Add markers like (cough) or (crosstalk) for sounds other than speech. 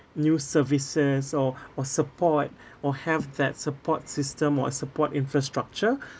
new services or or support (breath) or have that support system or support infrastructure